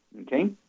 Okay